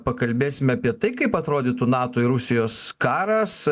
pakalbėsime apie tai kaip atrodytų nato ir rusijos karas